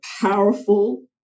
powerful